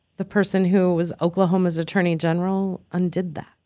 the person who was oklahoma's attorney general undid that.